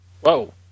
Whoa